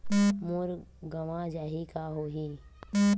मोर गंवा जाहि का होही?